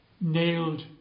nailed